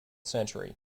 century